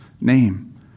name